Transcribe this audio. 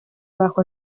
bajo